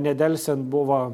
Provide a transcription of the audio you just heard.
nedelsiant buvo